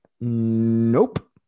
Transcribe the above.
nope